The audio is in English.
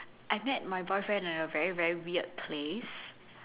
I met my boyfriend at a very very weird place